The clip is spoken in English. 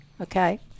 Okay